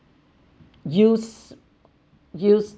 use use